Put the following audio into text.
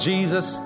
Jesus